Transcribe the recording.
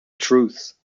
truths